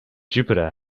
jupiter